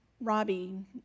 Robbie